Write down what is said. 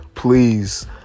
Please